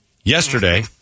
Yesterday